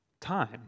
time